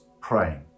praying